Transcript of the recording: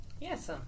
Yes